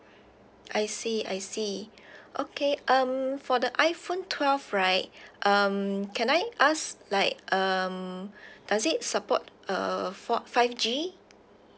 I see I see okay um for the iphone twelve right um can I ask like um does it support uh four five G